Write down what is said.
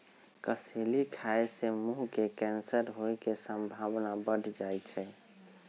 कसेली खाय से मुंह के कैंसर होय के संभावना बढ़ जाइ छइ